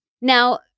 Now